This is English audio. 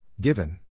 Given